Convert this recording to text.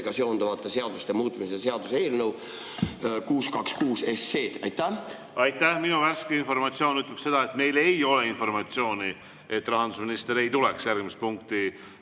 seonduvate seaduste muutmise seaduse eelnõu 626. Aitäh! Minu värske informatsioon ütleb seda, et meil ei ole informatsiooni, et rahandusminister ei tule järgmist